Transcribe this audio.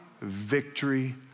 victory